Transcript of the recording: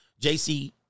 JC